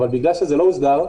אבל בגלל שזה לא הוסדר,